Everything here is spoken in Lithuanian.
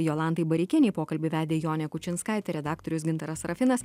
jolantai bareikienei pokalbį vedė jonė kučinskaitė redaktorius gintaras sarafinas